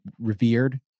revered